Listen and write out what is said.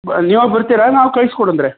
ಬ ನೀವು ಬರ್ತೀರಾ ನಾವು ಕಳಿಸ್ಕೊಡಂದಿರಾ